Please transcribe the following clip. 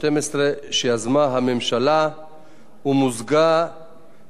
ומוזגה בה הצעת החוק של חבר הכנסת דוד אזולאי,